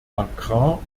agrar